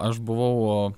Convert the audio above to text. aš buvau